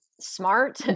smart